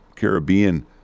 Caribbean